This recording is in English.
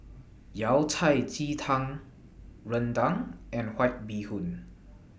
Yao Cai Ji Tang Rendang and White Bee Hoon